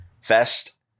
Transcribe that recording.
Fest